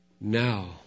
Now